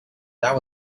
that